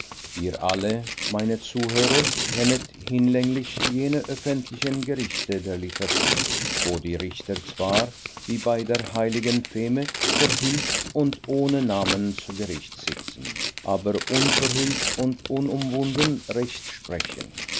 ihr alle meine zuhörer kennet hinlänglich jene öffentlichen gerichte der literatur wo die richter zwar wie bei der heiligen feme verhüllt und ohne namen zu gericht sitzen aber unverhüllt und unumwunden recht sprechen